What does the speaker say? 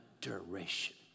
duration